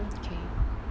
okay